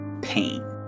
pain